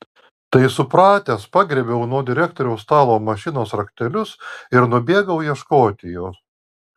tai supratęs pagriebiau nuo direktoriaus stalo mašinos raktelius ir nubėgau ieškoti jos